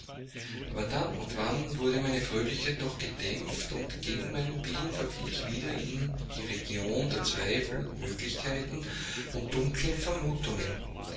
aber dann und wann wurde meine fröhlichkeit doch gedämpft und gegen meinen willen verfiel ich wieder in die region der zweifel und möglichkeiten und dunklen vermuthungen